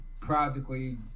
practically